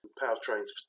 powertrains